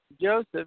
Joseph